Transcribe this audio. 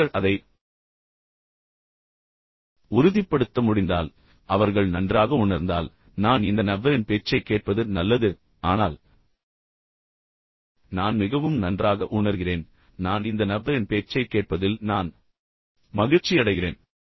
நீங்கள் அதை உறுதிப்படுத்த முடிந்தால் ஒட்டுமொத்தமாக அவர்கள் நன்றாக உணர்ந்தால் நான் இந்த நபரின் பேச்சைக் கேட்பது நல்லது ஆனால் நான் மிகவும் நன்றாக உணர்கிறேன் நான் இந்த நபரின் பேச்சைக் கேட்பதில் நான் மகிழ்ச்சியடைகிறேன்